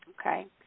Okay